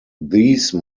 these